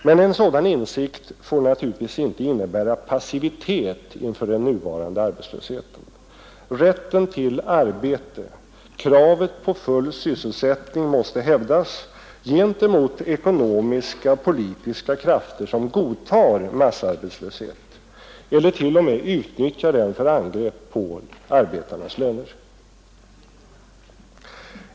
Men en sådan insikt får naturligtvis inte innebära passivitet inför den nuvarande arbetslösheten. Rätten till arbete, kravet på full sysselsättning måste hävdas gentemot ekonomiska och politiska krafter som godtar massarbetslöshet eller t.o.m. utnyttjar den för angrepp på arbetarnas löner.